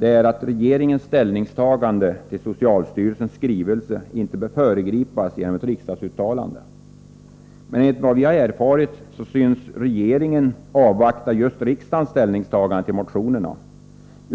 är att regeringens ställningstagande till socialstyrelsens skrivelse inte bör föregripas genom ett riksdagsuttalande. Men enligt vad vi erfarit avvaktar regeringen just riksdagens ställningstagande till motionerna.